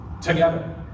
together